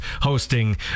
hosting